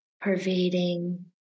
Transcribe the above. pervading